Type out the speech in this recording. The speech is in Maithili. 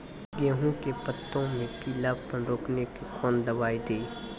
गेहूँ के पत्तों मे पीलापन रोकने के कौन दवाई दी?